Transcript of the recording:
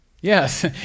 Yes